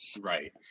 right